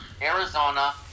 Arizona